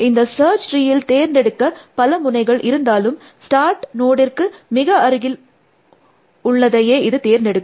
இந்த சர்ச் ட்ரீயில் தேர்ந்தெடுக்க பல முனைகள் இருந்தாலும் ஸ்டார்ட் நோடிற்கு மிக அருகில் உள்ளதையே இது தேர்ந்தெடுக்கும்